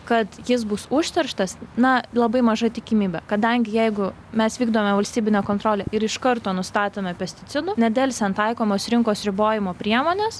kad jis bus užterštas na labai maža tikimybė kadangi jeigu mes vykdome valstybinę kontrolę ir iš karto nustatome pesticidų nedelsiant taikomos rinkos ribojimo priemonės